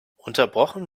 unterbrochen